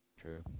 True